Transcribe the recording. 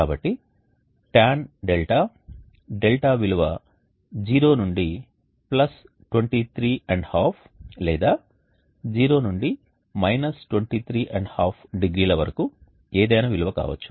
కాబట్టి tan δ δ విలువ 0 నుండి 23 ½ లేదా 0 నుండి 23 ½ డిగ్రీలు వరకు ఏదైనా విలువ కావచ్చు